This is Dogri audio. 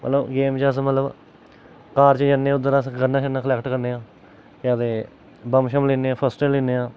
मतलब गेम च अस मतलब कार च जन्ने उद्धर अस गन्नां छन्नां क्लैक्ट करने आं केह् आखदे बम्ब छम्ब लेने आं फस्ट ऐड बाक्स लेने आं